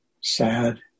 sad